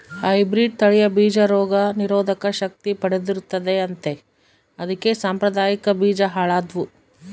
hybrid ತಳಿಯ ಬೀಜ ರೋಗ ನಿರೋಧಕ ಶಕ್ತಿ ಪಡೆದಿರುತ್ತದೆ ಅಂತೆ ಅದಕ್ಕೆ ಸಾಂಪ್ರದಾಯಿಕ ಬೀಜ ಹಾಳಾದ್ವು